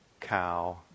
cow